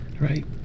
right